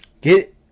get